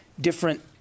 different